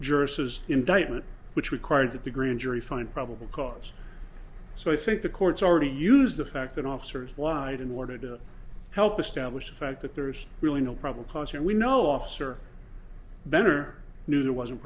says indictment which requires that the grand jury find probable cause so i think the court's already used the fact that officers lied in order to help establish the fact that there's really no probable cause and we know officer better knew there wasn't